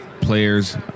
players